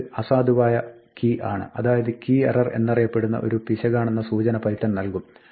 ഇത് ഒരു അസാധുവായ കീ ആണ് അതായത് കീ എറർ എന്നറിയപ്പെടുന്ന ഒരു പിശകാണെന്ന സൂചന പൈത്തൺ നൽകും